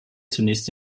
zunächst